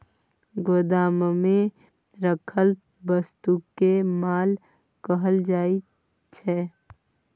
गोदाममे राखल वस्तुकेँ माल कहल जाइत छै